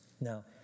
Now